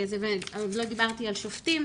ועוד לא דיברתי על שופטים,